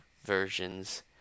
versions